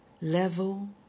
level